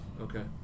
Okay